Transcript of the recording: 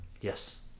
Yes